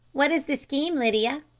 what is the scheme, lydia?